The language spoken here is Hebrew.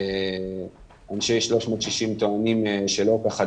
אנשי 360 טוענים שלא כך הדבר,